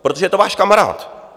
Protože je to váš kamarád.